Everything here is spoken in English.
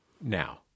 Now